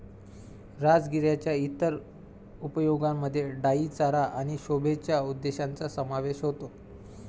राजगिराच्या इतर उपयोगांमध्ये डाई चारा आणि शोभेच्या उद्देशांचा समावेश होतो